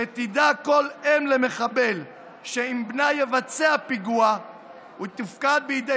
שתדע כל אם למחבל שאם בנה יבצע פיגוע היא תופקד בידי